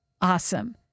awesome